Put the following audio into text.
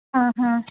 ఆహా